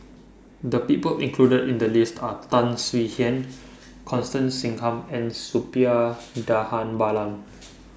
The People included in The list Are Tan Swie Hian Constance Singam and Suppiah Dhanabalan